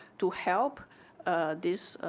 to help this,